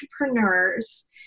entrepreneurs